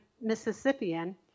Mississippian